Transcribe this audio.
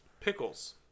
pickles